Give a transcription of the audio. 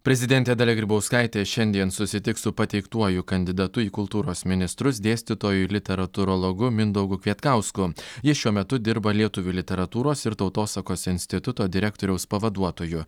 prezidentė dalia grybauskaitė šiandien susitiks su pateiktuoju kandidatu į kultūros ministrus dėstytoju literatūrologu mindaugu kvietkausku jis šiuo metu dirba lietuvių literatūros ir tautosakos instituto direktoriaus pavaduotoju